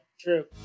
true